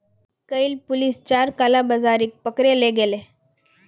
कइल पुलिस चार कालाबाजारिक पकड़े ले गेले